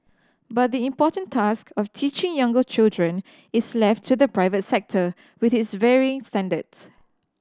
but the important task of teaching younger children is left to the private sector with its varying standards